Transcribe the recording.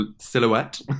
silhouette